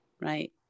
right